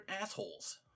assholes